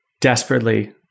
desperately